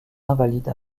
invalides